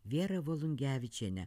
vierą volungevičienę